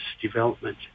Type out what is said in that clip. development